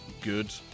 good